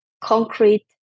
concrete